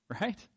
right